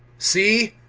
see,